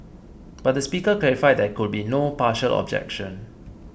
but the Speaker clarified that there could be no partial objection